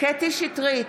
קטי קטרין שטרית,